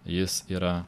jis yra